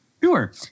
Sure